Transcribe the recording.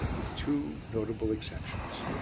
with two notable exceptions.